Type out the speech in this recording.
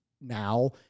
now